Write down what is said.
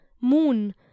Moon